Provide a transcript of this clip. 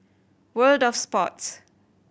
World Of Sports